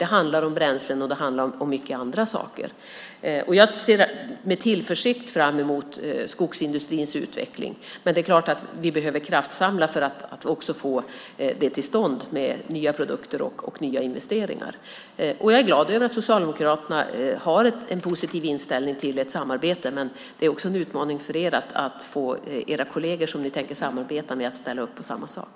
Det handlar om bränslen och mycket annat. Jag ser med tillförsikt på skogsindustrins utveckling. Det är klart att vi behöver kraftsamla för att få nya produkter och nya investeringar till stånd. Jag är glad att Socialdemokraterna har en positiv inställning till ett samarbete, men det är också en utmaning för er att få de kolleger som ni tänker samarbeta med att ställa upp på samma sak.